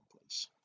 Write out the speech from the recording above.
place